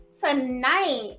Tonight